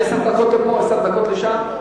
זה עשר דקות לפה עשר דקות לשם.